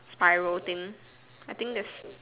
spiral thing I think that's